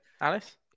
Alice